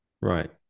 Right